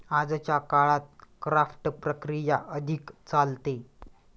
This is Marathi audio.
आजच्या काळात क्राफ्ट प्रक्रिया अधिक चालते